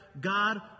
God